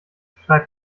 schreib